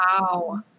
Wow